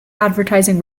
advertising